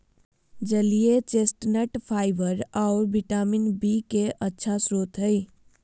जलीय chestnut fibre आऊ vitamin B के अच्छा स्रोत हइ